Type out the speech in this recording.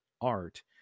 art